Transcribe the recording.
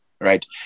right